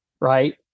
right